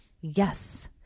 Yes